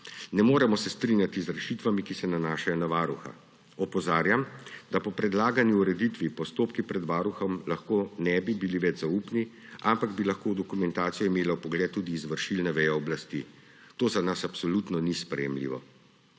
Ne moremo se strinjati z rešitvami, ki se nanašajo na Varuha. Opozarjam, da po predlagani ureditvi postopki pred Varuhom lahko ne bi bili več zaupni, ampak bi lahko v dokumentacijo imela vpogled tudi izvršilna veja oblasti. To za nas absolutno ni sprejemljivo.